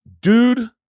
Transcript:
dude